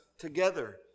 together